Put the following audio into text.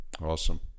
Awesome